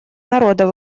народа